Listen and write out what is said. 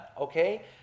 Okay